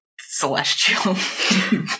celestial